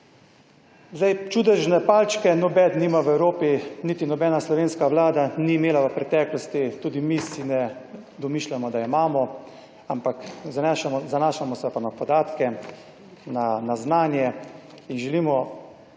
Sedaj čudežne palčke noben nima v Evropi. Niti nobena slovenska vlada ni imela v preteklosti tudi mi si ne domišljamo, da jo imamo, ampak zanašamo se pa na podatke, na znanje in želimo